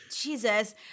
Jesus